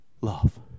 love